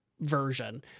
version